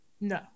No